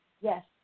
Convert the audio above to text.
Yes